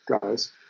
guys